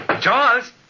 Charles